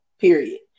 period